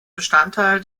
bestandteil